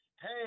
Hey